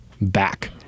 back